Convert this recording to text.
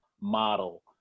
model